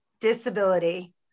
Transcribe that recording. disability